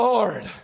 Lord